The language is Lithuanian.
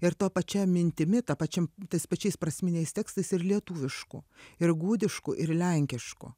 ir ta pačia mintimi ta pačia tais pačiais prasminiais tekstais ir lietuviškų ir gudiškų ir lenkiškų